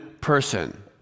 person